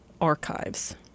archives